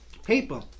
Paper